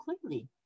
clearly